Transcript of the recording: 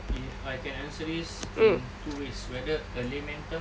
if I can answer this in two ways whether a layman term